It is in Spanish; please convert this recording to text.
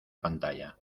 pantalla